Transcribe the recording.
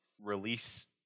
release